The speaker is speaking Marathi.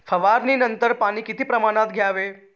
फवारणीनंतर पाणी किती प्रमाणात द्यावे?